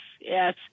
yes